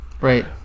right